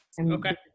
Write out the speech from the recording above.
Okay